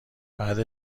بعد